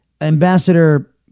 Ambassador